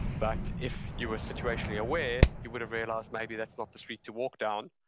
but if you were situationally aware, you would've realized maybe that's not the street to walk down,